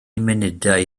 munudau